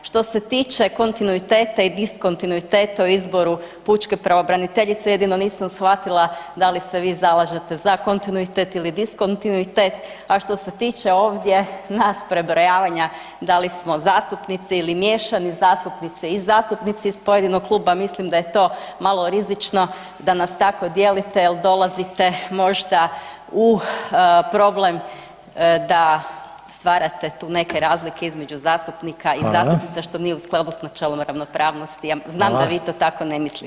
Što se tiče kontinuiteta i diskontinuiteta u izboru pučke pravobraniteljice, jedino nisam shvatila da li se vi zalažete za kontinuitet ili diskontinuitet, a što se tiče ovdje nas prebrojavanja da li smo zastupnici ili miješani zastupnice i zastupnici iz pojedinog kluba mislim da je to malo rizično da nas tako dijelite jel dolazite možda u problem da stvarate tu neke razlike između zastupnika i zastupnica što nije u skladu s načelom ravnopravnosti, a znam da vi to tako ne mislite.